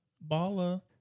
Bala